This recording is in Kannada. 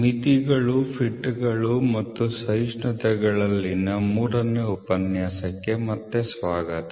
ಮಿತಿಗಳು ಫಿಟ್ಗಳು ಮತ್ತು ಸಹಿಷ್ಣುತೆಗಳಲ್ಲಿನ ಮೂರನೇ ಉಪನ್ಯಾಸಕ್ಕೆ ಮತ್ತೆ ಸ್ವಾಗತ